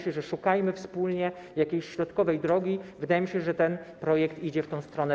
Szukajmy wspólnie jakiejś środkowej drogi, wydaje mi się, że ten projekt idzie w tę stronę.